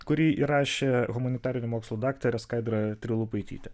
kurį įrašė humanitarinių mokslų daktarė skaidra trilupaitytė